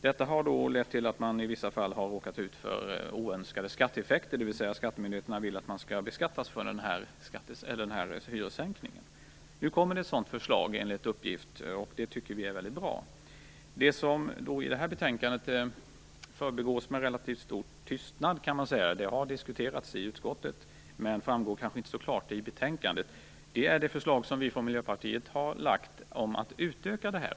Detta har i vissa fall lett till oönskade skatteeffekter, dvs. skattemyndigheterna vill att den här hyressänkningen skall beskattas. Nu kommer det enligt uppgift ett sådant förslag, och det tycker vi är mycket bra. En sak som har förbigås med relativt stor tystnad i betänkandet - det har diskuterats i utskottet - är det förslag som Miljöpartiet har lagt fram om att utöka detta.